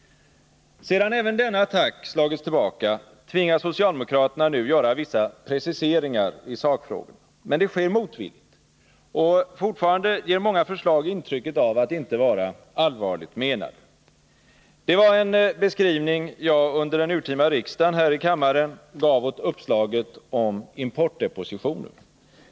Sedan även denna attack slagits tillbaka, tvingas socialdemokraterna nu göra vissa preciseringar i sakfrågorna. Men det sker motvilligt. Och fortfarande ger många förslag intrycket av att inte vara allvarligt menade. Detta var en beskrivning jag under den urtima riksdagen här i kammaren gav åt uppslaget om importdepositioner.